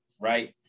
right